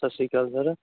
ਸਤਿ ਸ਼੍ਰੀ ਅਕਾਲ ਸਰ